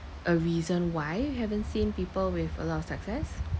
a reason why haven't seen people with a lot of success